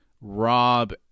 Rob